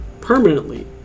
Permanently